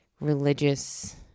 religious